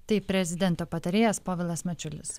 tai prezidento patarėjas povilas mačiulis